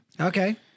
Okay